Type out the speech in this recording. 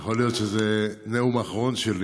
יכול להיות שזה הנאום האחרון שלי.